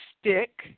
stick